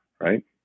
Right